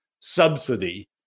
subsidy